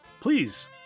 Please